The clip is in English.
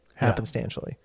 happenstantially